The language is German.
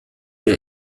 der